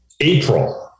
April